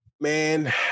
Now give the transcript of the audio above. Man